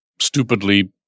stupidly